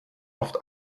oft